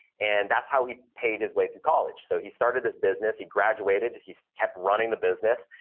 and that's how he paid his way through college. so, he started this business, he graduated, he kept running the business.